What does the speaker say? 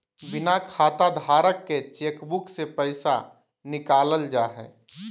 बिना खाताधारक के चेकबुक से पैसा निकालल जा हइ